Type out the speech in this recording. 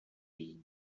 being